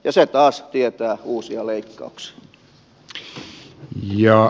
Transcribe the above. se taas tietää uusia leikkauksia